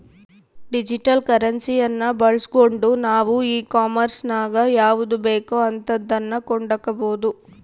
digital ಕರೆನ್ಸಿಯನ್ನ ಬಳಸ್ಗಂಡು ನಾವು ಈ ಕಾಂಮೆರ್ಸಿನಗ ಯಾವುದು ಬೇಕೋ ಅಂತದನ್ನ ಕೊಂಡಕಬೊದು